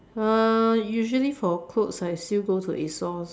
uh usually for clothes I still go to A_S_O_S